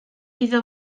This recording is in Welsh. iddo